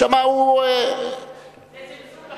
זה זלזול בכנסת.